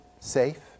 safe